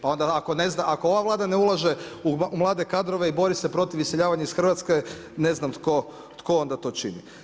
Pa onda ako ova Vlada ne ulaže u mlade kadrove i bori se protiv iseljavanja iz Hrvatske ne znam tko onda to čini.